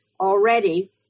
already